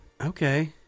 Okay